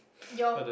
your